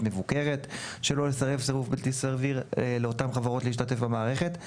מבוקרת שלא לסרב סירוב בלתי סביר לאותן חברות להשתתף במערכת.